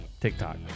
TikTok